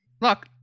Look